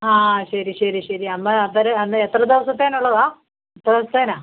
ആ ആ ശരി ശരി ശരി എന്നാൽ എത്ര അന്ന് എത്ര ദിവസത്തേക്ക് ഉള്ളതാണ് എത്ര ദിവസത്തേക്കണ്